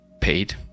paid